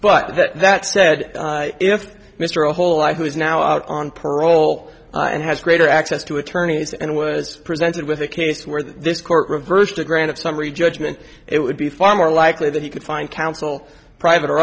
but that said if mr a whole life who is now out on parole and has greater access to attorneys and was presented with a case where this court reversed a grant of summary judgment it would be far more likely that he could find counsel private or